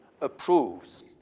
approves